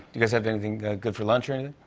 you guys have anything good for lunch or and